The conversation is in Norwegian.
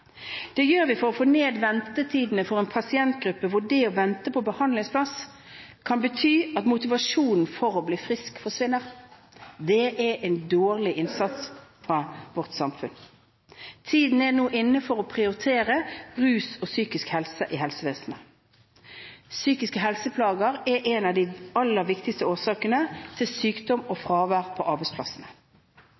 Det gjør vi for å få ned ventetidene for en pasientgruppe, fordi det å vente på behandlingsplass kan bety at motivasjonen for å bli frisk forsvinner. Det er en dårlig innsats fra vårt samfunn. Tiden er nå inne for å prioritere rus og psykisk helse i helsevesenet. Psykiske helseplager er en av de aller viktigste årsakene til sykdom og